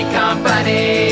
company